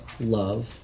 love